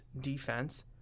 defense